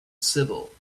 sibel